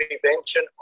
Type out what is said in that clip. prevention